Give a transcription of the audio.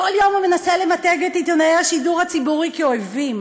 בכל יום הוא מנסה למתג את עיתונאי השידור הציבורי כאויבים.